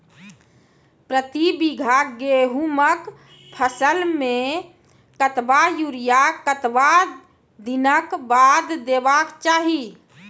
प्रति बीघा गेहूँमक फसल मे कतबा यूरिया कतवा दिनऽक बाद देवाक चाही?